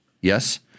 yes